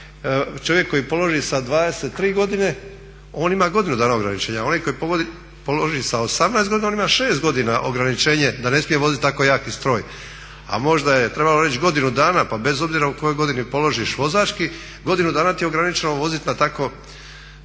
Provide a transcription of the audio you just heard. čovjek koji položi sa 23 godine on ima godinu dana ograničenja, a onaj koji položi sa 18 godina on ima 6 godina ograničenje da ne smije voziti tako jaki stroj. A možda je trebalo reći godinu dana pa bez obzira u kojoj godini položiš vozački godinu dana ti je ograničeno voziti na tako